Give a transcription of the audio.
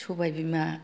सबाय बिमा